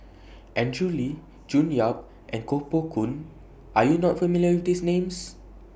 Andrew Lee June Yap and Koh Poh Koon Are YOU not familiar with These Names